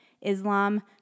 Islam